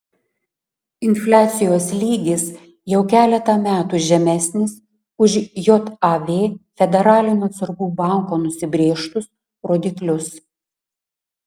infliacijos lygis jau keletą metų žemesnis už jav federalinio atsargų banko nusibrėžtus rodiklius